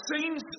seems